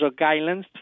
guidelines